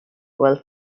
while